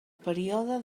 període